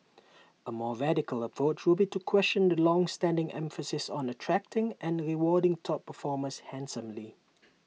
A more radical approach would be to question the longstanding emphasis on attracting and rewarding top performers handsomely